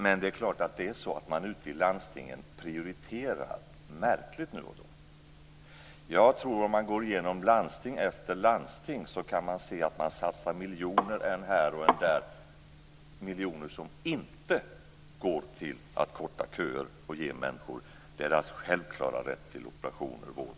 Men det är klart att man ute i landstingen nu och då prioriterar märkligt. Om man går igenom landsting efter landsting kan man se att det satsas miljoner än här och än där som inte går till att korta köer och ge människor deras självklara rätt till operationer eller vård.